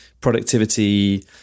productivity